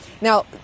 Now